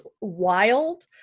wild